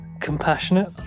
compassionate